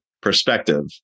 perspective